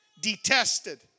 detested